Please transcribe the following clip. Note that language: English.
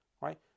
right